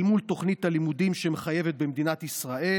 מול תוכנית הלימודים שמתחייבת במדינת ישראל.